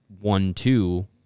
one-two